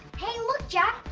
hey look jack,